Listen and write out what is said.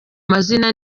mazina